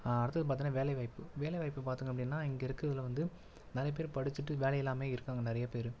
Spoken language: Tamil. அடுத்தது பார்த்தின்னா வேலை வாய்ப்பு வேலை வாய்ப்பு பார்த்திங்க அப்படின்னா இங்கே இருக்குறதுல வந்து நிறைய பேர் படிச்சிவிட்டு வேலை இல்லாமல் இருக்காங்க நிறைய பேர்